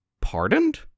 Pardoned